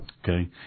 Okay